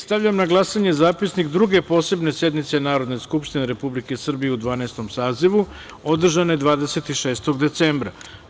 Stavljam na glasanje Zapisnik Druge posebne sednice Narodne skupštine Republike Srbije u Dvanaestom sazivu održane 26. decembra.